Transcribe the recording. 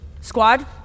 Squad